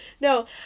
no